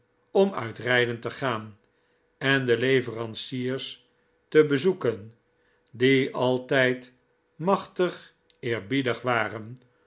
om uit rijden te gaan en de leveranciers te bezoeken die altijd machtig eerbiedig waren